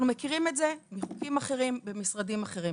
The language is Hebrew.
אנחנו מכירים את זה מחוקים אחרים במשרדים אחרים